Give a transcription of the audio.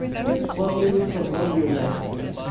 which one may use for non-real time streaming.